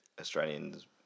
Australians